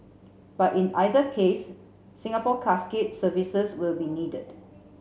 but in either case Singapore Casket's services will be needed